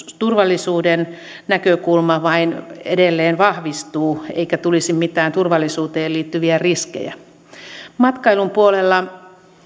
turvallisuuden näkökulma vain edelleen vahvistuu eikä tulisi mitään turvallisuuteen liittyviä riskejä matkailun puolella